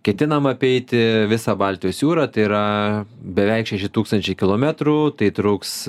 ketinam apeiti visą baltijos jūrą tai yra beveik šeši tūkstančiai kilometrų tai truks